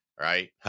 Right